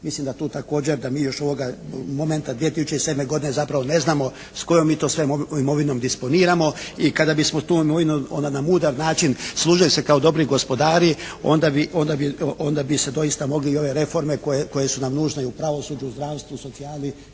mislim da tu također da mi još ovoga momenta 2007. godine zapravo ne znamo s kojom mi to sve imovinom disponiramo i kada bismo tu imovinu onda na mudar način služili se kao dobri gospodari onda bi se doista mogli i ove reforme koje su nam nužne i u pravosuđu, u zdravstvu, socijali,